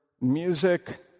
music